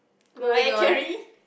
Mariah-Carey